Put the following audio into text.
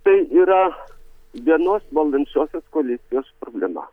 tai yra vienos valdančiosios koalicijos problema